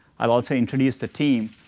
i want to introduce the team.